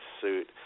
suit